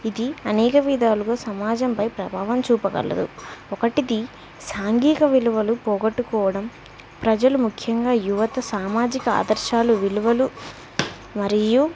ఇది అనేక విధాలుగా సమాజంపై ప్రభావం చూపగలదు ఒకటిది సాంఘిక విలువలు పోగట్టుకోవడం ప్రజలు ముఖ్యంగా యువత సామాజిక ఆదర్శాలు విలువలు మరియు